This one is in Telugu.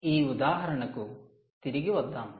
ఈ ఉదాహరణకు తిరిగి వద్దాము